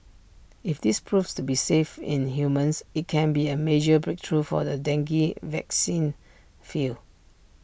if this proves to be safe in humans IT can be A major breakthrough for the dengue vaccine field